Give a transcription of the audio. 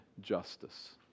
justice